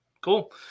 Cool